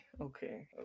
Okay